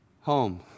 home